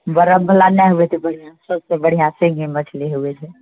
बरफ बला नहि होइ छै बढ़िआँ सभसँ बढ़िआँ सिंघी मछली हुए छै